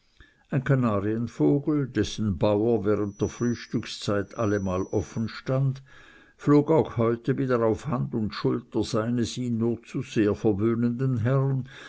ein kanarienvogel dessen bauer während der frühstückszeit allemal offenstand flog auch heute wieder auf hand und schulter seines ihn nur zu sehr verwöhnenden herrn